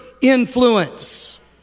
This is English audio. influence